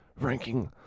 ranking